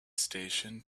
station